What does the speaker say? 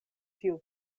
tiu